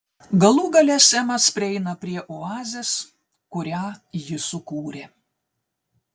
galų gale semas prieina prie oazės kurią ji sukūrė